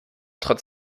trotz